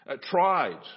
tried